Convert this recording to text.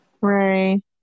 Right